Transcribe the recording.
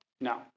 No